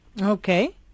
Okay